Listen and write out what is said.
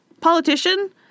politician